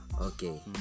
Okay